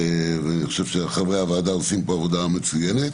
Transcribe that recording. ואני חושב שחברי הוועדה עושים כאן עבודה מצוינת